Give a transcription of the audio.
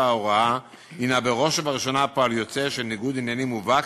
ההוראה הנה בראש ובראשונה פועל יוצא של ניגוד עניינים מובהק,